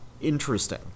interesting